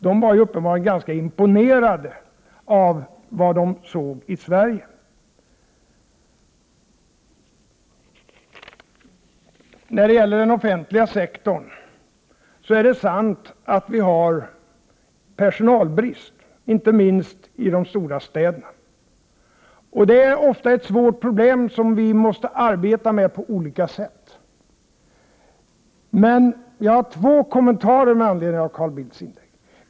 De var uppenbarligen ganska imponerade av vad de såg i Sverige. Det är sant att vi har personalbrist inom den offentliga sektorn, inte minst i de stora städerna. Det är ofta ett stort problem som vi måste arbeta med på olika sätt. Jag har två kommentarer med anledning av Carl Bildts inlägg.